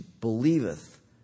believeth